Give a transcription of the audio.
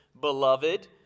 beloved